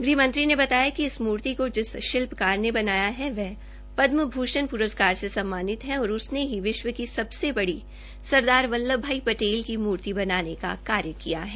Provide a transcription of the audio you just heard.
गृहमंत्री ने बताया कि इस मूर्ति को जिस शिप्लकार ने बनाया है वह पदम भूषण प्रस्कार से सम्मानित है और उसने ही विश्व की सबसे बड़ी वल्ल्भ भाई पटेल की मूर्ति बनाने का कार्य किया है